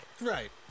Right